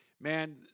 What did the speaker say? man